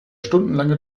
stundenlange